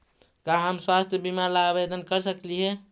का हम स्वास्थ्य बीमा ला आवेदन कर सकली हे?